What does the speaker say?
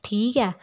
ठीक ऐ